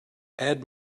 add